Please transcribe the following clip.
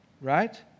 right